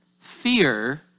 fear